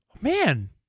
man